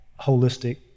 holistic